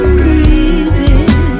breathing